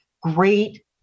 great